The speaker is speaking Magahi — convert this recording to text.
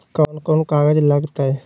कौन कौन कागज लग तय?